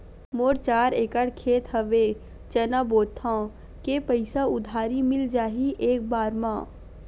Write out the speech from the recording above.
मोर चार एकड़ खेत हवे चना बोथव के पईसा उधारी मिल जाही एक बार मा?